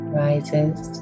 rises